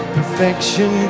Perfection